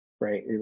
right